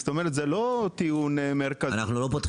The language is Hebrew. זאת אומרת, זה לא טיעון מרכזי -- רגע,